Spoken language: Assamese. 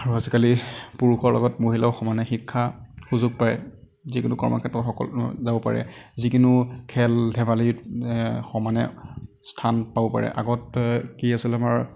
আৰু আজিকালি পুৰুষৰ লগত মহিলাও সমানে শিক্ষা সুযোগ পায় যিকোনো কৰ্মক্ষেত্ৰত সকলো যাব পাৰে যিকোনো খেল ধেমালিত এ সমানে স্থান পাব পাৰে আগতে কি আছিল আমাৰ